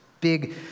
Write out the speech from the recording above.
big